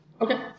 Okay